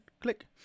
click